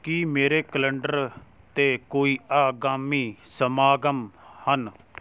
ਕੀ ਮੇਰੇ ਕੈਲੰਡਰ 'ਤੇ ਕੋਈ ਆਗਾਮੀ ਸਮਾਗਮ ਹਨ